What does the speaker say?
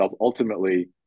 ultimately